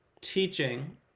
teaching